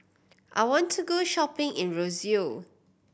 I want to go shopping in Roseau